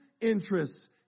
interests